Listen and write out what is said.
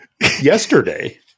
yesterday